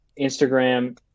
Instagram